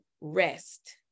rest